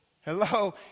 Hello